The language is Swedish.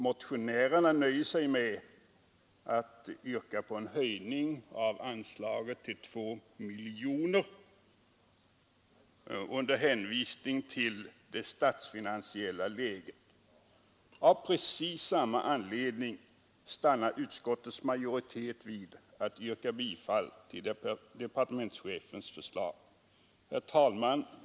Motionärerna nöjer sig med att yrka på en höjning av anslaget till 2 miljoner under hänvisning till det statsfinansiella läget. Av precis samma anledning stannar utskottets majoritet vid departementschefens förslag. Herr talman!